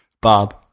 Bob